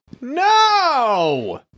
No